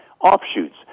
offshoots